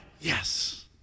Yes